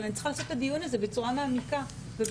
אבל אני צריכה לעשות את הדיון הזה בצורה מעמיקה ואחראית,